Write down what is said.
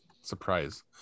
surprise